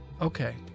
Okay